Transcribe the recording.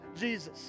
Jesus